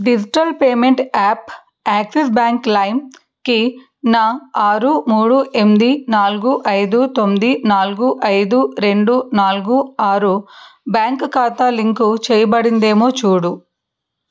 digital payment app Axis bank లైమ్కి నా ఆరు మూడు ఎనిమిది నాలుగు ఐదు తొమ్మిది నాలుగు ఐదు రెండు నాలుగు ఆరు బ్యాంక్ ఖాతా లింక్ చెయ్యబడిందేమో చూడు